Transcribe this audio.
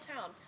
town